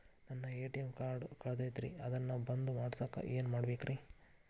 ನನ್ನ ATM card ಕಳದೈತ್ರಿ ಅದನ್ನ ಬಂದ್ ಮಾಡಸಾಕ್ ಏನ್ ಮಾಡ್ಬೇಕ್ರಿ?